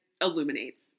illuminates